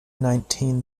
nineteen